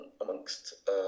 Amongst